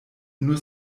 nur